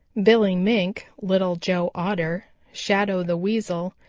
billy mink, little joe otter, shadow the weasel,